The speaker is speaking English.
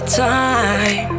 time